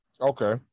Okay